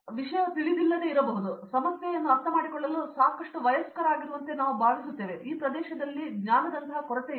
ಅವರು ವಿಷಯ ತಿಳಿದಿಲ್ಲದಿರಬಹುದು ಆದರೆ ಈಗ ನನ್ನ ಸಮಸ್ಯೆಯೆಂದು ಅರ್ಥಮಾಡಿಕೊಳ್ಳಲು ಸಾಕಷ್ಟು ವಯಸ್ಕನಾಗಿರುವಂತೆ ನಾನು ಭಾವಿಸುತ್ತೇನೆ ಆದರೆ ಈ ಪ್ರದೇಶದಲ್ಲಿ ಜ್ಞಾನದಂತಹ ಕೊರತೆಯಿದೆ